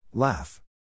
Laugh